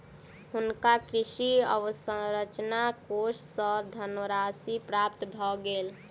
हुनका कृषि अवसंरचना कोष सँ धनराशि प्राप्त भ गेल